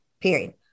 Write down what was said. period